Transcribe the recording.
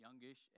youngish